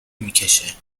میکشه